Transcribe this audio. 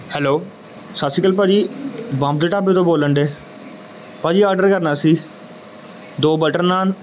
hello ਸਤਿ ਸ਼੍ਰੀ ਅਕਾਲ ਭਾਅ ਜੀ ਬੋਂਬੇ ਢਾਬੇ ਤੋਂ ਬੋਲਣ ਡੇ ਭਾਅ ਜੀ ਆਰਡਰ ਕਰਨਾ ਸੀ ਦੋ ਬਟਰ ਨਾਨ